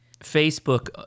Facebook